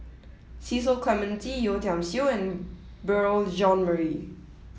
Cecil Clementi Yeo Tiam Siew and Beurel Jean Marie